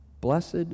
Blessed